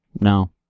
No